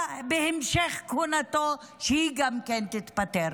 רוצה בהמשך כהונתו, שגם היא תתפטר.